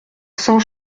cent